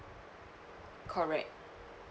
correct